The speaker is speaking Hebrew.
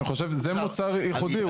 אני חושב שזה מוצר ייחודי,